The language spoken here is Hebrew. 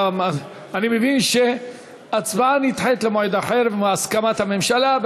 אני מבין שההצבעה נדחית למועד אחר בהסכמת הממשלה,